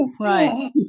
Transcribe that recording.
right